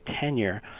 tenure